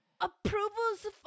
approvals